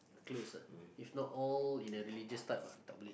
close ah if not all in a religious type ah tak boleh